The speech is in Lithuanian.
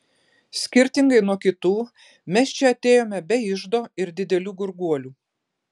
skirtingai nuo kitų mes čia atėjome be iždo ir didelių gurguolių